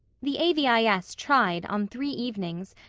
the a v i s. tried, on three evenings,